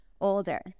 older